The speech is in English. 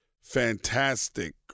fantastic